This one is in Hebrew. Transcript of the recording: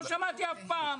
לא שמעתי אף פעם.